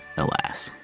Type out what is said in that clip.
alas!